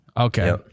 Okay